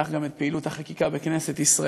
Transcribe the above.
וכך גם את פעילות החקיקה בכנסת ישראל.